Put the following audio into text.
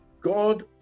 God